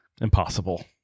impossible